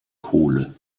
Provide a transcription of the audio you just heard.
kohle